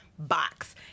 Box